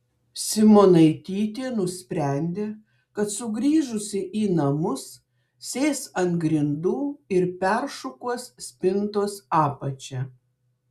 simonaitytė nusprendė kad sugrįžusi į namus sės ant grindų ir peršukuos spintos apačią